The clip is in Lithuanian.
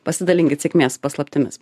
pasidalinkit sėkmės paslaptimis